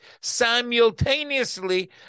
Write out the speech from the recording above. simultaneously